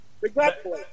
Regretfully